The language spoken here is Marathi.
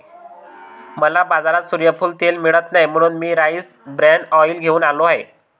मला बाजारात सूर्यफूल तेल मिळत नाही म्हणून मी राईस ब्रॅन ऑइल घेऊन आलो आहे